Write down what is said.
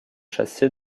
chassé